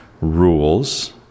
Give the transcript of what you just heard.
rules